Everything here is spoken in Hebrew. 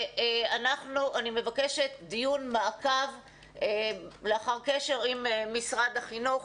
אני מבקשת דיון מעקב לאחר קשר עם משרד החינוך.